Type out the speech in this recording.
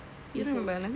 lupa